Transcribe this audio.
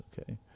Okay